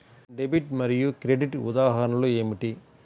Debit మరియు credit ఉదాహరణలు ఏమిటీ?